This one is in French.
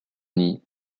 nid